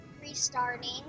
restarting